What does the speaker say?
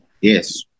Yes